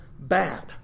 bad